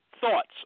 thoughts